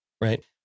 right